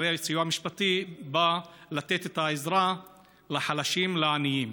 הרי סיוע משפטי בא לתת את העזרה לחלשים, לעניים.